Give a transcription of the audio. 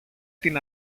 την